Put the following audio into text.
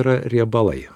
yra riebalai